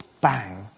bang